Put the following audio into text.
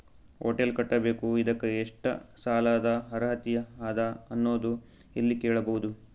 Hotel ಕಟ್ಟಬೇಕು ಇದಕ್ಕ ಎಷ್ಟ ಸಾಲಾದ ಅರ್ಹತಿ ಅದ ಅನ್ನೋದು ಎಲ್ಲಿ ಕೇಳಬಹುದು?